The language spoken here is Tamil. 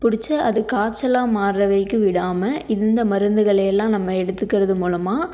பிடிச்சு அது காய்ச்சலாக மாறுற வரைக்கும் விடாமல் இந்த மருந்துகளை எல்லாம் நம்ம எடுத்துக்கிறது மூலமாக